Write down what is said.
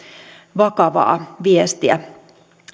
vakavaa viestiä